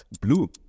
Blue